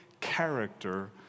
character